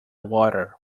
water